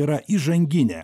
yra įžanginė